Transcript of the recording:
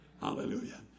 Hallelujah